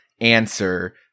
answer